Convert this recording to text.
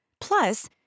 Plus